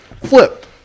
flip